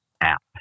app